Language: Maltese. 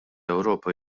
ewropa